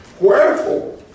Wherefore